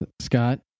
Scott